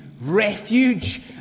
refuge